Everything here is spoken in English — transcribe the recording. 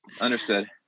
Understood